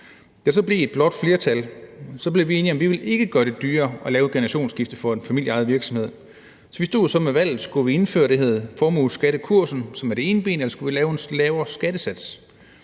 Da der så blev et blåt flertal, blev vi enige om, at vi ikke ville gøre det dyrere at lave et generationsskifte for en familieejet virksomhed. Vi stod så med valget, om vi skulle indføre det, der hedder formueskattekursen, som er det ene ben, eller om vi skulle lave en lavere skattesats.